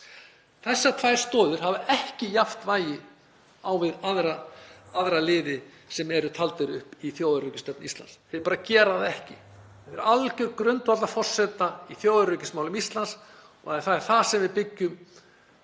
Þessar tvær stoðir hafi ekki jafnt vægi á við aðra liði sem eru taldir upp í þjóðaröryggisstefnu Íslands. Þær gera það ekki. Þetta er alger grundvallarforsenda í þjóðaröryggismálum Íslands og það er það sem við byggjum